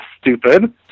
Stupid